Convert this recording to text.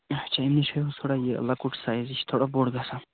اَچھا امہِ نِش ہٲیو حظ تھوڑا یہِ لۄکُٹ سیز یہِ چھُ تھۄڑا بوٚڈ گَژھان